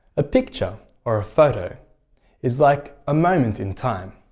a picture or a photo is like a moment in time.